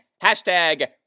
Hashtag